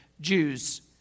Jews